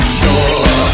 sure